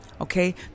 okay